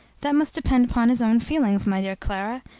that must depend upon his own feelings, my dear clara,